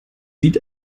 sieht